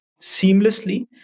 seamlessly